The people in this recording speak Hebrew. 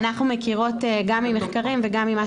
אנחנו מכירות גם ממחקרים וגם ממה